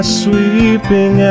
sweeping